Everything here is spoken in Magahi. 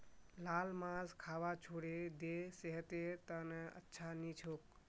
लाल मांस खाबा छोड़े दे सेहतेर त न अच्छा नी छोक